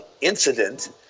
incident